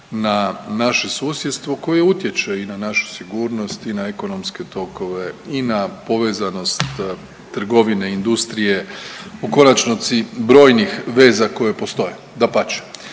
na naše susjedstvo koje utječe i na našu sigurnost i na ekonomske tokove i na povezanost trgovine, industrije u konačnici brojnih veza koje postoje. Dapače